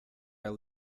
are